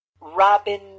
Robin